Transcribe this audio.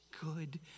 good